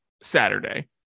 Saturday